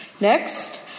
Next